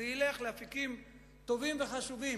זה ילך לאפיקים טובים וחשובים